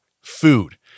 food